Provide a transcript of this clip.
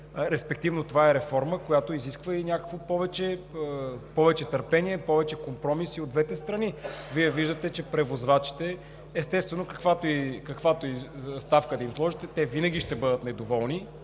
респективно това е реформа, която изисква и повече търпение, повече компромиси от двете страни. Вие виждате, че превозвачите, естествено, каквато и ставка да им сложите, винаги ще бъдат недоволни